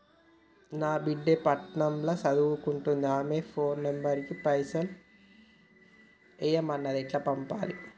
నా బిడ్డే పట్నం ల సదువుకుంటుంది ఆమె ఫోన్ నంబర్ కి పైసల్ ఎయ్యమన్నది ఎట్ల ఎయ్యాలి?